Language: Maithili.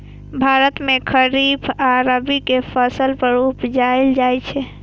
भारत मे खरीफ आ रबी के फसल उपजाएल जाइ छै